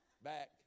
Back